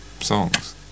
songs